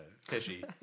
fishy